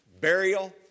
burial